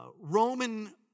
Roman